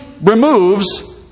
removes